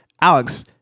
alex